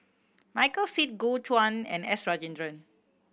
Michael Seet Gu Juan and S Rajendran